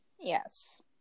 Yes